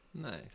Nice